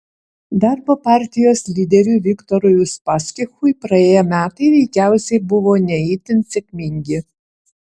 darbo partijos lyderiui viktorui uspaskichui praėję metai veikiausiai buvo ne itin sėkmingi